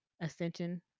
ascension